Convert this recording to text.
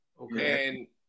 Okay